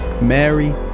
Mary